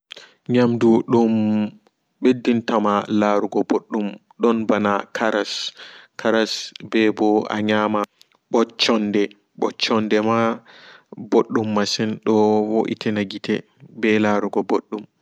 Nyamdu dum ɓedditama laarugo ɓoddum don ɓana karas karas ɓeɓo anyama ɓoccoonde ɓoccondema ɓoddum masin do woitina giite ɓe laarugo ɓoddum.